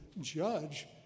judge